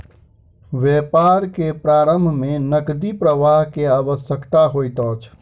व्यापार के प्रारम्भ में नकदी प्रवाह के आवश्यकता होइत अछि